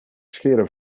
scheren